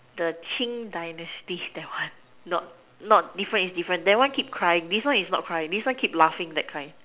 the qing dynasty that one not not different it's different that one keep crying this one is not crying this one keep laughing that kind